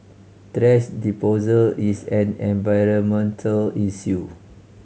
thrash disposal is an environmental issue